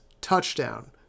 touchdown